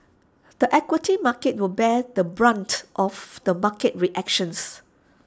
the equity market will bear the brunt of the market reactions